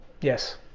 Yes